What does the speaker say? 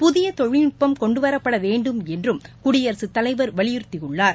புதிய தொழில்நட்பம் கொண்டுவரப்பட வேண்டும் என்றும் குடியரசுத் தலைவர் வலியுறுத்தியுள்ளார்